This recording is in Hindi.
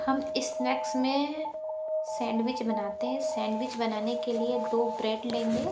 हम स्नेक्स में सैंडविच बनाते है सैंडविच बनाने के लिए दो ब्रेड लेंगे